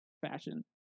fashion